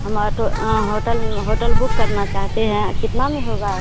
हम तो hotel hotel book करना चाहते हैं कितना में होगा